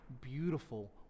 beautiful